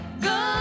good